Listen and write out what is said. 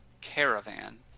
Caravan